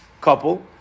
couple